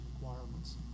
requirements